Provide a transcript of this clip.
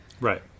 Right